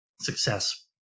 success